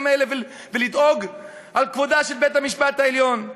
האלה ולדאוג לכבודו של בית-המשפט העליון,